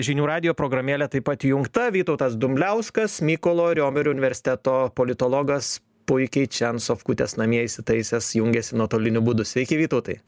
žinių radijo programėlė taip įjungta vytautas dumbliauskas mykolo riomerio universiteto politologas puikiai čia ant sofkutės namie įsitaisęs jungiasi nuotoliniu būdu sveiki vytautai